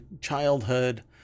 childhood